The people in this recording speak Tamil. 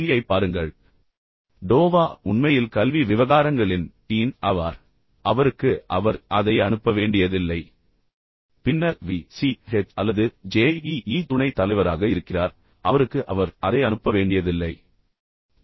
யைப் பாருங்கள் டோவா உண்மையில் கல்வி விவகாரங்களின் டீன் ஆவார் அவருக்கு அவர் அதை அனுப்ப வேண்டியதில்லை பின்னர் v c h அல்லது j e e துணைத் தலைவராக இருக்கிறார் அவருக்கு அவர் அதை அனுப்ப வேண்டியதில்லை ஐ